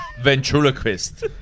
ventriloquist